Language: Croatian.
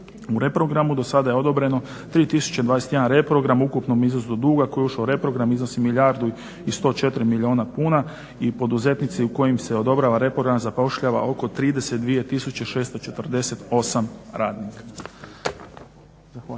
u reprogramu. Do sada je odobreno 3021 reprogram u ukupnom iznosu duga koji je ušao u reprogram iznosi milijardu i 104 milijuna kuna i poduzetnici kojima se odobrava reprogram zapošljava oko 32 tisuće 648 radnika.